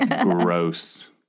Gross